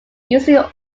usually